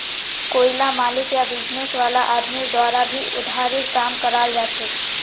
कोईला मालिक या बिजनेस वाला आदमीर द्वारा भी उधारीर काम कराल जाछेक